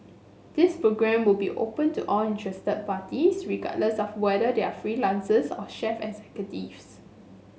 this programme will be open to all interested parties regardless of whether they are freelancers or chief executives